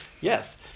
yes